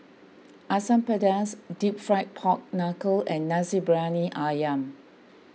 Asam Pedas Deep Fried Pork Knuckle and Nasi Briyani Ayam